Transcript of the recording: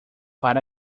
para